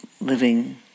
living